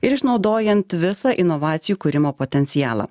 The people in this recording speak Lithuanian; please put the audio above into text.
ir išnaudojant visą inovacijų kūrimo potencialą